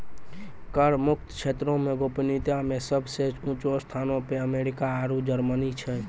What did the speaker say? कर मुक्त क्षेत्रो मे गोपनीयता मे सभ से ऊंचो स्थानो पे अमेरिका आरु जर्मनी छै